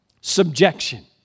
subjection